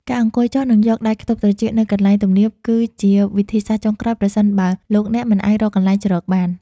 ការអង្គុយចុះ និងយកដៃខ្ទប់ត្រចៀកនៅកន្លែងទំនាបគឺជាវិធីសាស្ត្រចុងក្រោយប្រសិនបើលោកអ្នកមិនអាចរកកន្លែងជ្រកបាន។